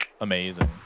amazing